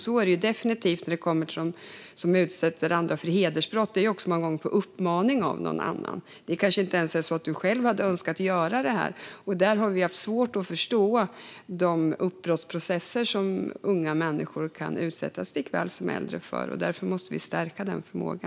Så är det definitivt när det kommer till dem som utsätter andra för hedersbrott. Detta görs också många gånger på uppmaning av någon annan; det kanske inte ens är så att du själv hade önskat göra det här. Där har vi haft svårt att förstå de uppbrottsprocesser som unga människor, likaväl som äldre, kan utsättas för. Därför måste vi stärka denna förmåga.